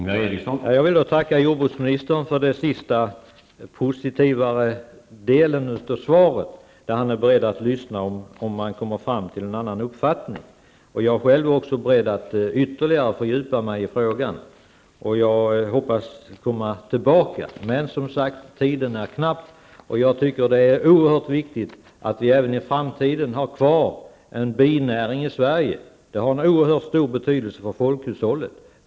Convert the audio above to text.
Herr talman! Jag vill tacka jordbruksministern för den sista, positivare delen av svaret, där han säger att han är beredd att lyssna om man kommer fram till en annan uppfattning. Jag är själv beredd att ytterligare fördjupa mig i frågan. Jag hoppas komma tillbaka. Men tiden är knapp, som sagt. Det är oerhört viktigt att vi även i framtiden har kvar en binäring i Sverige. Det har en oerhört stor betydelse för folkhushållet.